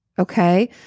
okay